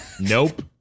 Nope